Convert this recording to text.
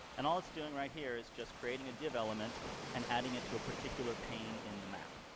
and all it's doing right here is just creating a div element and adding it to a particular pane in the map.